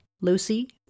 Lucy